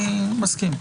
מסכים.